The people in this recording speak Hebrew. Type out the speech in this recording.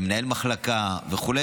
מנהל מחלקה וכו',